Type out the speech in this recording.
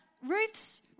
Ruth's